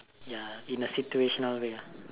ya in a situational way ah